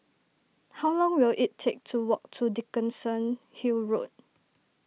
how long will it take to walk to Dickenson Hill Road